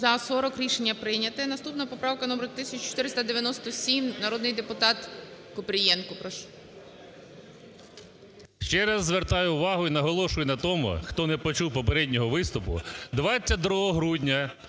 За-40 Рішення не прийняте. Наступна поправка номер 1497, народний депутат Купрієнко. Прошу. 16:29:00 КУПРІЄНКО О.В. Ще раз звертаю увагу і наголошую на тому, хто не почув попереднього виступу. 22 грудня